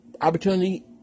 opportunity